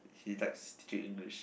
he likes teaching English